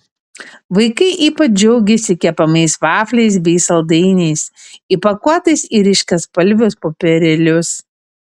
vaikai ypač džiaugėsi kepamais vafliais bei saldainiais įpakuotais į ryškiaspalvius popierėlius